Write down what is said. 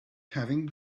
having